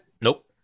Nope